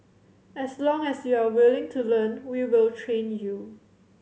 as long as you're willing to learn we will train you